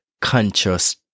conscious